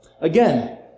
Again